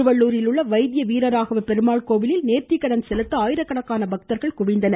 திருவள்ளுரில் உள்ள வைத்திய வீர ராகவ பெருமாள் கோவிலில் நேர்த்திக்கடன் செலுத்த ஆயிரக்கணக்கான பக்தர்கள் குவிந்தனர்